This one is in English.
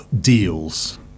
deals